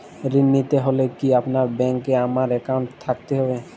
ঋণ নিতে হলে কি আপনার ব্যাংক এ আমার অ্যাকাউন্ট থাকতে হবে?